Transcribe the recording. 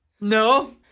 No